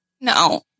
No